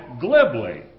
glibly